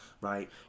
Right